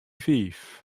fiif